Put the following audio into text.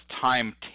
time